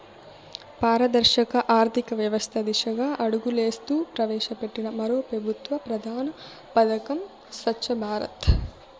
పారదర్శక ఆర్థికవ్యవస్త దిశగా అడుగులేస్తూ ప్రవేశపెట్టిన మరో పెబుత్వ ప్రధాన పదకం స్వచ్ఛ భారత్